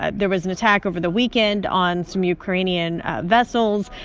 ah there was an attack over the weekend on some ukrainian vessels.